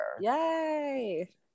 Yay